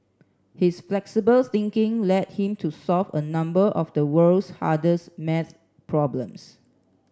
his flexible thinking led him to solve a number of the world's hardest math problems